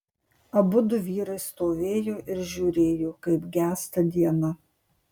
abudu vyrai stovėjo ir žiūrėjo kaip gęsta diena